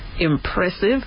Impressive